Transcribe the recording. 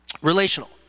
Relational